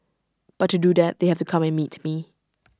but to do that they have to come and meet me